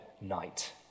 night